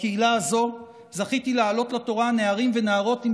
בקהילה הזאת זכיתי להעלות לתורה נערים ונערות עם